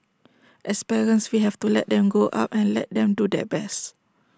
as parents we have to let them grow up and let them do their best